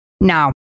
Now